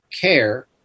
care